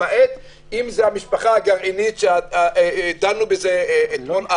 למעט אם זאת המשפחה הגרעינית שדנו בה אתמול,